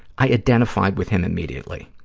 i identified with him immediately.